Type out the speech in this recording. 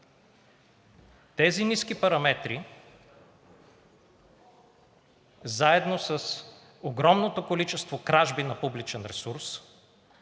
Тези ниски параметри, заедно с огромното количество кражби на публичен ресурс,